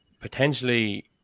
potentially